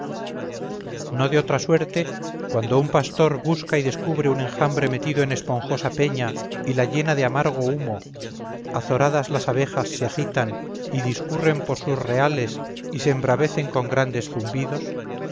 no de otra suerte cuando un pastor busca y descubre un enjambre metido en esponjosa peña y la llena de amargo humo azoradas las abejas se agitan y discurren por sus reales y se embravecen con grandes zumbidos